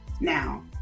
Now